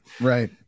Right